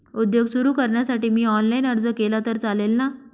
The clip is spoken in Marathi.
उद्योग सुरु करण्यासाठी मी ऑनलाईन अर्ज केला तर चालेल ना?